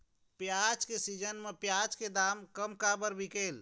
प्याज के सीजन म प्याज के दाम कम काबर बिकेल?